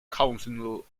council